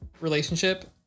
relationship